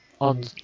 on